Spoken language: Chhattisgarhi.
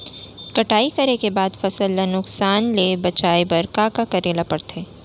कटाई करे के बाद फसल ल नुकसान ले बचाये बर का का करे ल पड़थे?